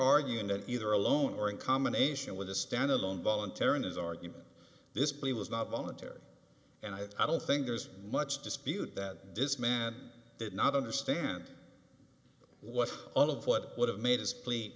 arguing that either alone or in combination with a stand alone voluntary his argument this plea was not voluntary and i don't think there's much dispute that this man did not understand what all of what would have made his plea